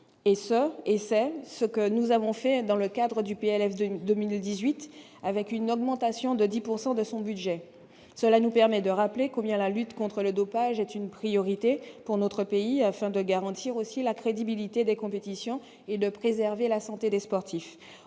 et c'est ce que nous avons fait dans le cadre du PLF 2000 2018, avec une augmentation de 10 pourcent de son budget, cela nous permet de rappeler combien la lutte contre le dopage est une priorité pour notre pays, afin de garantir aussi la crédibilité des compétitions et de préserver la santé des sportifs